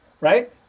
Right